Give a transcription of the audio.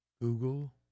Google